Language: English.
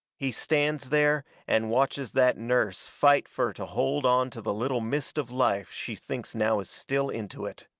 he stands there and watches that nurse fight fur to hold onto the little mist of life she thinks now is still into it.